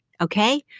okay